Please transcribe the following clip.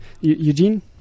Eugene